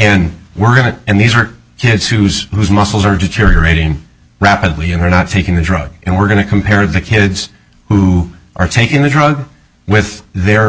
we're going to and these are kids whose whose muscles are deteriorating rapidly and are not taking the drug and we're going to compare the kids who are taking the drug with their